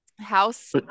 house